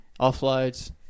offloads